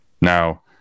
now